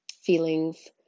feelings